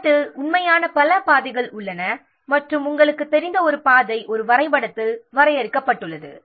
bird இல் உண்மையில் பல பாதைகள் உள்ளன மற்றும் நமக்குத் தெரிந்த ஒரு பாதை ஒரு வரைபடத்தில் வரையறுக்கப்பட்டுள்ளது